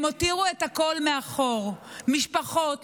הם הותירו את הכול מאחור: משפחות,